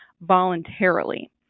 voluntarily